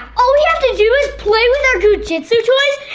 all we have to do is play with our goo jitsu toys,